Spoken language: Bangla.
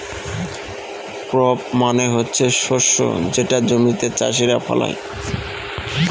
ক্রপ মানে হচ্ছে শস্য যেটা জমিতে চাষীরা ফলায়